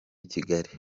kigali